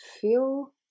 feel